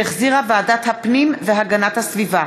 שהחזירה ועדת הפנים והגנת הסביבה,